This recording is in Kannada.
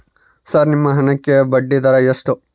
ಸರ್ ನಿಮ್ಮ ಹಣಕ್ಕೆ ಬಡ್ಡಿದರ ಎಷ್ಟು?